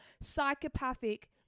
psychopathic